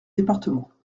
départements